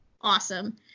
Awesome